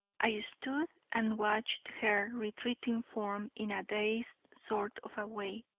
i stood and watched her retreating form in a dazed sort of a way.